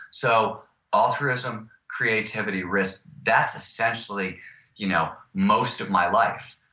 so altruism, creativity, risk. that's essentially you know most of my life.